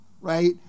right